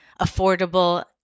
affordable